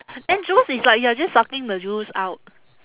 then juice is like you are just sucking the juice out